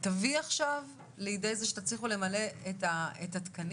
תביא עכשיו לידי זה שתצליחו למלא את התקנים.